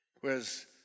Whereas